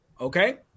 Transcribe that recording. Okay